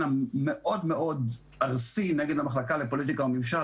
המאוד מאוד ארסי נגד המחלקה לפוליטיקה וממשל.